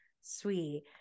sweet